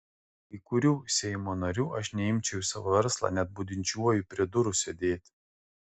kai kurių seimo narių aš neimčiau į savo verslą net budinčiuoju prie durų sėdėti